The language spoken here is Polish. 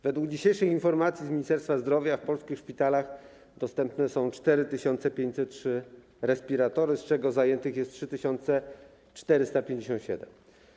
Według dzisiejszej informacji Ministerstwa Zdrowia w polskich szpitalach dostępne są 4503 respiratory, z czego zajętych jest 3457.